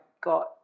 got